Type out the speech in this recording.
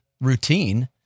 routine